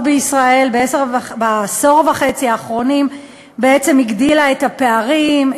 בישראל בעשור וחצי האחרונים בעצם הגדילה את הפערים,